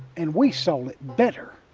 and we saw it better.